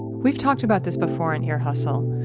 we've talked about this before on ear hustle.